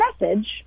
message